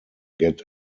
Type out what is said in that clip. get